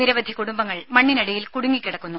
നിരവധി കുടുംബങ്ങൾ മണ്ണിനടിയിൽ കുടുങ്ങിക്കിടക്കുന്നു